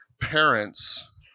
parents